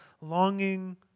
longing